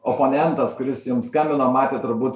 oponentas kuris jums skambino matė turbūt